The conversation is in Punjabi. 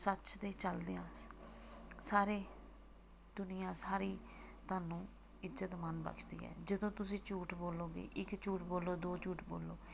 ਸੱਚ ਦੇ ਚਲਦਿਆਂ ਸਾਰੇ ਦੁਨੀਆਂ ਸਾਰੀ ਤੁਹਾਨੂੰ ਇੱਜ਼ਤ ਮਾਨ ਬਕਸ਼ਦੀ ਹੈ ਜਦੋਂ ਤੁਸੀਂ ਝੂਠ ਬੋਲੋਗੇ ਇੱਕ ਝੂਠ ਬੋਲੋ ਦੋ ਝੂਠ ਬੋਲੋ